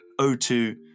O2